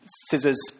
scissors